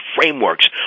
frameworks